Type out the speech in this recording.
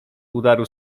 udaru